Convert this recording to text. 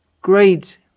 great